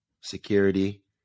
security